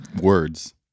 Words